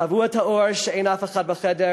כבו את האור כשאין אף אחד בחדר,